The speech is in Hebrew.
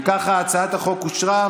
אם כך, הצעת החוק אושרה,